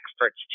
experts